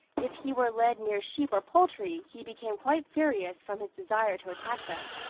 if he were led near sheep or poultry, he became quite furious from his desire to attack them.